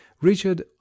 richard